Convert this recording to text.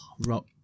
Rock